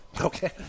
Okay